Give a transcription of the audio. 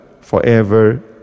forever